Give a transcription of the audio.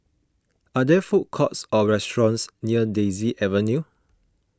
are there food courts or restaurants near Daisy Avenue